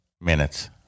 minutes